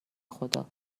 خدا